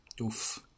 Oof